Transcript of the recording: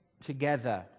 together